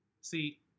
See